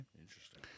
Interesting